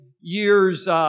years